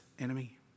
enemy